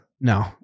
No